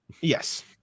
Yes